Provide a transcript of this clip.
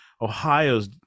Ohio's